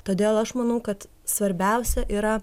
todėl aš manau kad svarbiausia yra